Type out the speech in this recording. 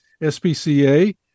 SPCA